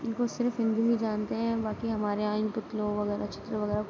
ان کو صرف ہندو ہی جانتے ہیں باقی ہمارے یہاں ان پتلوں وغیرہ چتر وغیرہ